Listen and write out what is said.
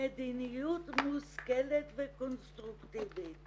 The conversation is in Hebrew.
למדיניות מושכלת וקונסטרוקטיבית